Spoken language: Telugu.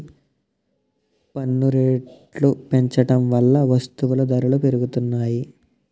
పన్ను రేట్లు పెంచడం వల్ల వస్తువుల ధరలు పెరిగిపోనాయి